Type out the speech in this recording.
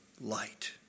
light